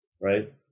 right